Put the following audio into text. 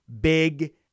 big